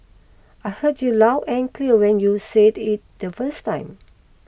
I heard you loud and clear when you said it the first time